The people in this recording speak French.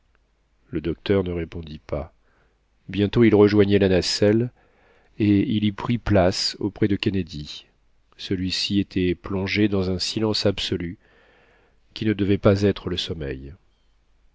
le docteur ne répondit pas bientôt il rejoignait la nacelle et il y prit place auprès de kennedy celui-ci était plongé dans un silence absolu qui ne devait pas être le sommeil